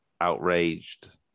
outraged